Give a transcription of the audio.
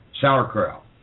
sauerkraut